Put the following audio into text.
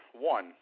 one